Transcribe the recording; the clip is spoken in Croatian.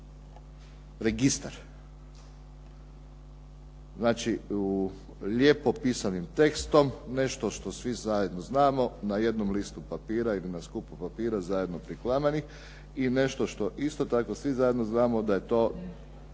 Znači u lijepo pisanim tekstom, nešto što svi zajedno znamo na jednom listu papira ili skupu papira, zajedno priklamanih i nešto što isto tako svi zajedno znamo da je to